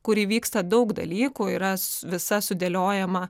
kur įvyksta daug dalykų yra s visa sudėliojama